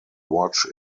watch